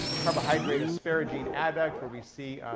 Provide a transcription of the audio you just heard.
carbohydrate-asparagine adduct, where we see,